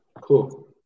Cool